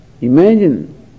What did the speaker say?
imagine